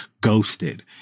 ghosted